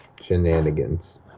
shenanigans